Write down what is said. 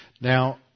Now